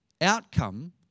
outcome